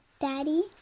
Daddy